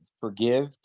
forgive